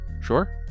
Sure